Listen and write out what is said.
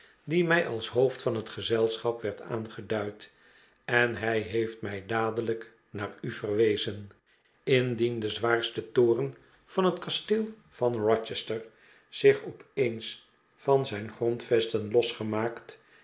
die mij als hoofd van het gezelschap werd aangeduid en hij heeft mij dadelijk naar u verwezen indien de zwaarste toren van het kasteel van rochester zich opeens van zijn grondvesten losgemaakt